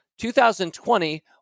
2020